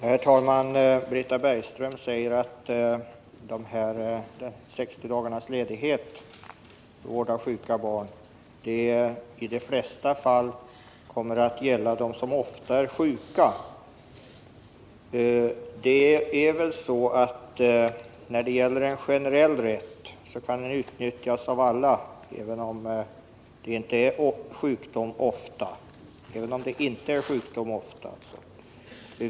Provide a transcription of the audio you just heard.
Herr talman! Britta Bergström säger att de 60 dagarnas ledighet för vård av sjuka barn i de flesta fall kommer att gälla dem som ofta är sjuka. Det är väl så att en generell rätt utnyttjas av alla, även när det gäller barn som inte drabbas av sjukdom ofta.